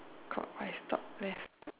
clockwise top left